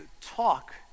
talk